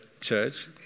church